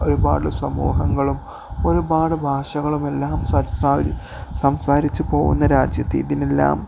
ഒരുപാട് സമൂഹങ്ങളും ഒരുപാട് ഭാഷകളുമെല്ലാം സംസാരിച്ചുപോകുന്ന രാജ്യത്ത് ഇതിനെല്ലാം